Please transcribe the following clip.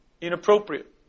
inappropriate